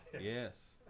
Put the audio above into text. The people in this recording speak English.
yes